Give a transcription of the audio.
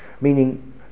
Meaning